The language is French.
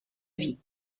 vie